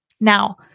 Now